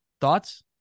Thoughts